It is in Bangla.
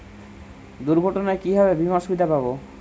দুর্ঘটনায় কিভাবে বিমার সুবিধা পাব?